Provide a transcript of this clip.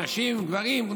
נשים וגברים.